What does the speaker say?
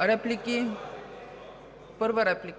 (Реплики и възгласи